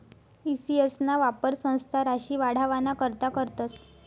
E CS ना वापर संस्था राशी वाढावाना करता करतस